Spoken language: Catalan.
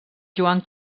joan